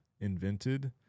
invented